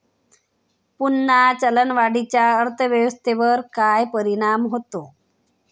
पुन्हा चलनवाढीचा अर्थव्यवस्थेवर काय परिणाम होतो